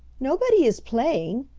nobody is playing.